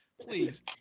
Please